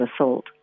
assault